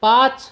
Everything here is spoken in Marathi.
पाच